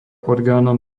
orgánom